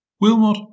Wilmot